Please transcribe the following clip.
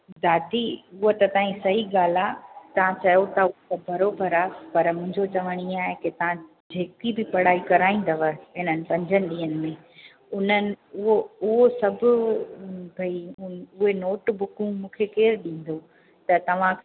दादी उहा त तव्हांजी सही ॻाल्हि आहे तव्हां चयो था बराबरि आहे पर मुंहिंजो चवणु ईअं आहे की तव्हां जेकी बि पढ़ाई कराईंदव इन्हनि पंजनि ॾींहंनि में उन्हनि उहो उहो सभु भई उहे नोटबुकूं मूंखे केरु ॾींदो त तव्हां